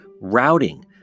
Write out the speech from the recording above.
routing